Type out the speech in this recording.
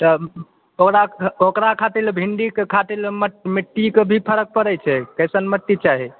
तऽ तोरा ओकरा खातिर लए भिण्डीके खातिर लए मिट्टीके भी फर्क पड़ै छै कइसन मिट्टी चाही